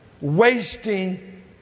Wasting